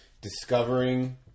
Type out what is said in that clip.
discovering